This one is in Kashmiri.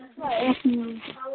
تۅہہِ چھُوا اےٚ سی نِیُن